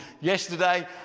Yesterday